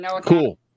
Cool